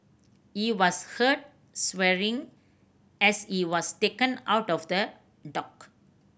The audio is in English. he was heard swearing as he was taken out of the dock